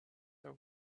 her